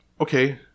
okay